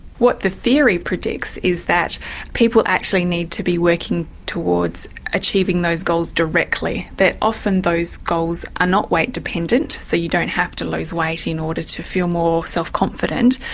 what the theory predicts is that people actually need to be working towards achieving those goals directly, that often those goals are not weight dependent so you don't have to lose weight in order to feel more self confident.